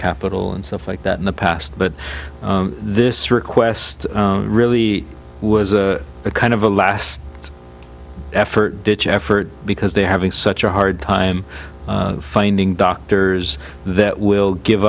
capital and stuff like that in the past but this request really was a kind of a last effort ditch effort because they having such a hard time finding doctors that will give